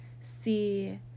see